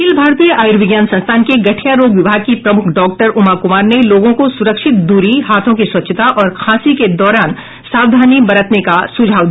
अखिल भारतीय आयुर्विज्ञान संस्थान के गठिया रोग विभाग की प्रमुख डॉक्टर उमा कुमार ने लोगों को सुरक्षित दूरी हाथों की स्वच्छता और खांसी के दौरान सावधानी बरतने का सुझाव दिया